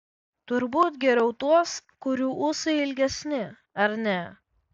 turbūt geriau tuos kurių ūsai ilgesni ar ne